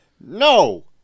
No